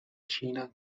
ĉina